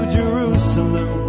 Jerusalem